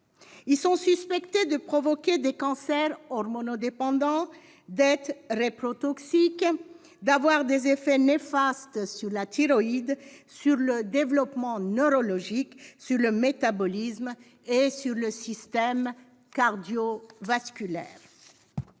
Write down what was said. Ils sont suspectés de provoquer des cancers hormono-dépendants, d'être reprotoxiques, d'avoir des effets néfastes sur la thyroïde, sur le développement neurologique, sur le métabolisme et sur le système cardiovasculaire.